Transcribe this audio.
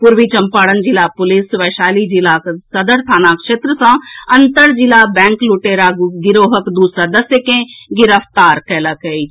पूर्वी चंपारण जिला पुलिस वैशाली जिलाक सदर थाना क्षेत्र सॅ अंतर जिला बैंक लुटेरा गिरोहक दू सदस्य के गिरफ्तार कयलक अछि